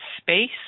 space